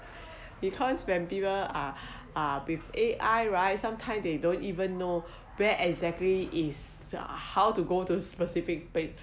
because when people are are with A_I right sometimes they don't even know where exactly is or how to go to a specific place